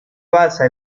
basa